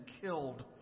killed